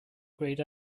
grayed